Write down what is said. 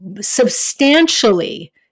Substantially